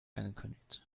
angekündigt